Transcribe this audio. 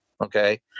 okay